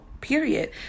period